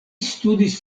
studis